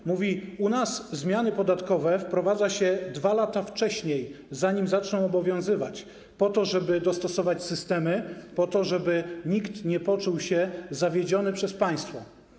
On mówi: u nas zmiany podatkowe wprowadza się 2 lata wcześniej, zanim zaczną obowiązywać, po to żeby dostosować systemy, po to żeby nikt nie poczuł się zawiedziony przez państwo.